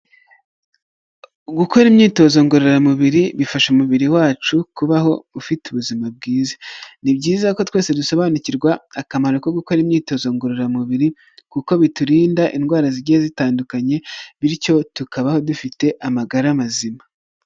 Gukora imyitozo ngororamubiri bifasha umubiri wacu kubaho ufite ubuzima bwiza, ni byiza ko twese dusobanukirwa akamaro ko gukora imyitozo ngororamubiri kuko biturinda indwara zigiye zitandukanye bityo tukabaho dufite amagara mazima.